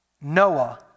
Noah